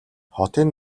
хотын